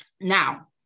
Now